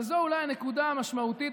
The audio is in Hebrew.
וזו אולי הנקודה המשמעותית,